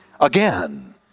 again